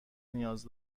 نیاز